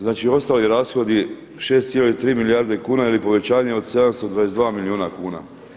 Znači, ostali rashodi 6,3 milijarde kuna ili povećanje od 722 milijuna kuna.